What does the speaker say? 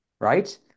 right